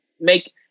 make